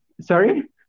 sorry